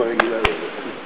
חברי וחברותי חברי הכנסת,